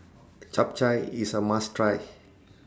Chap Chai IS A must Try